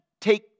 take